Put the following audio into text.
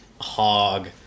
hog